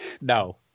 no